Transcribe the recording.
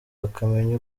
akamenya